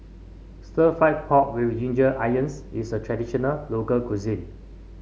stir fry pork with Ginger Onions is a traditional local cuisine